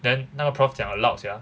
then 那个 prof 讲 allowed sia